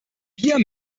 wir